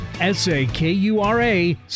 S-A-K-U-R-A